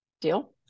Deal